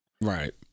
Right